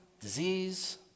disease